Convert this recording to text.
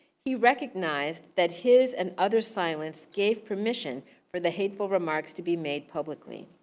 he recognized that his and others silence gave permission for the hateful remarks to be made publicly.